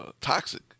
toxic